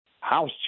House